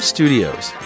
Studios